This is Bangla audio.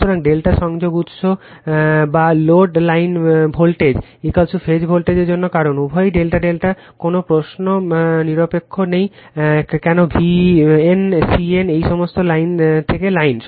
সুতরাং ∆ সংযুক্ত উৎস বা লোড লাইন ভোল্টেজ ফেজ ভোল্টেজের জন্য কারণ উভয়ই ∆∆ কোন প্রশ্ন নিরপেক্ষ নেই কোন bn cn এই সমস্ত লাইন থেকে লাইন